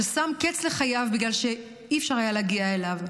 ששם קץ לחייו בגלל שאי-אפשר היה להגיע אליו.